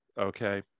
okay